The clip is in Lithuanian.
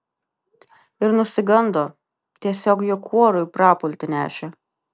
ir nusigando tiesiog jo kuorui prapultį nešė